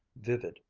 vivid,